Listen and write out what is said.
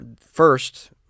first